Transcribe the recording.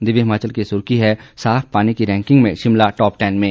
दिव्य हिमाचल की सुर्खी है साफ पानी की रैकिंग में शिमला टॉप टेन में